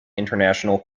international